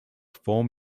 form